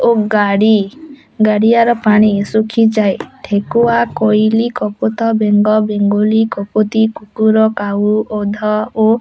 ଓ ଗାଡ଼ି ଗାଡ଼ିଆର ପାଣି ଶୁଖିଯାଏ ଠେକୁଆ କୋଇଲି କପୋତ ବେଙ୍ଗ ବେଙ୍ଗୁଲି କପୋତି କୁକୁର କାଉ ଗଧ ଓ